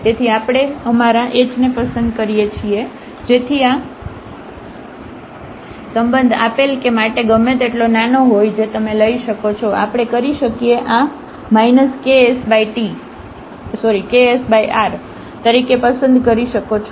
તેથી આપણે અમારા h ને પસંદ કરીએ છીએ જેથી આ સંબંધ આપેલ કે માટે ગમે તેટલો નાનો હોય જે તમે લઈ શકો છો આપણે કરી શકીએ આ ksr તરીકે પસંદ કરી શકો છો